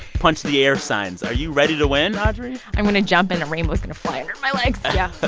punch-the-air signs. are you ready to win, audrey? i'm going to jump and a rainbow's going to fly under my legs, yeah,